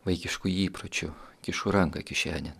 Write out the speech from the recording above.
vaikiškų įpročių kišu ranką kišenėn